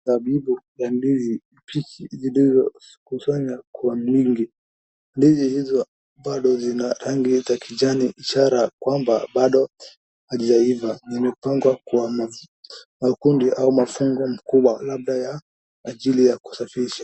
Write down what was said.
Dhabibu ya ndizi bigi zilizokusanywa kwa wingi. Ndizi hizo bado zina rangi ya kijani ishara kwamba bado hazijaiva. Zimepangwa kwa makundi au mafungo makubwa labda kwa ajili ya kusafirisha.